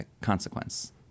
consequence